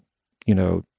you know,